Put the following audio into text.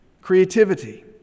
creativity